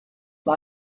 war